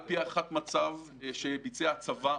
על פי הערכת מצב שביצע הצבא,